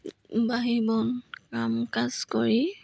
বাহি বন কাম কাজ কৰি